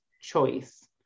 choice